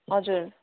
हजुर